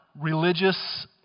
religious